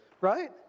right